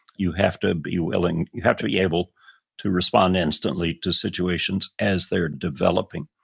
you have to be willing, you have to be able to respond instantly to situations as they are developing.